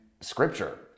scripture